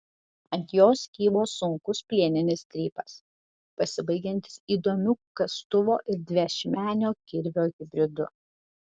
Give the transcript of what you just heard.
ant jos kybo sunkus plieninis strypas pasibaigiantis įdomiu kastuvo ir dviašmenio kirvio hibridu